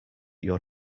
your